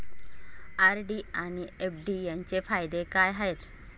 RD आणि FD यांचे फायदे काय आहेत?